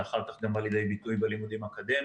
זה אחר כך גם בא לידי ביטוי בלימודים אקדמיים,